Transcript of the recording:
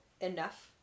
enough